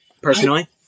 Personally